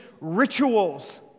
rituals